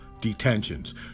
Detentions